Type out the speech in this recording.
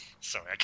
Sorry